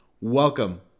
Welcome